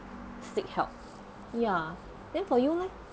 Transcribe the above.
seek help ya then for you leh